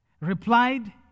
replied